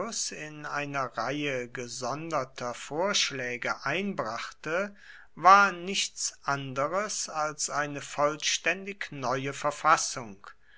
in einer reihe gesonderter vorschläge einbrachte war nichts anderes als eine vollständig neue verfassung